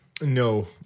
No